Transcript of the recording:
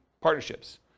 partnerships